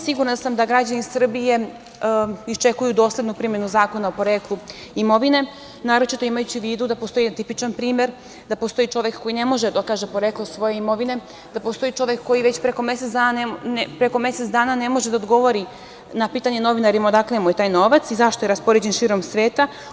Sigurna sam da građani Srbije iščekuju doslednu primenu Zakona o poreklu imovine, naročito imajući u vidu da postoji tipičan primer, da postoji čovek koji ne može da dokaže poreklo svoje imovine, da postoji čovek koji već preko mesec dana ne može da odgovori na pitanje novinara odakle mu taj novac i zašto je raspoređen širom sveta.